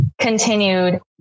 continued